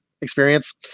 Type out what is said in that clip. experience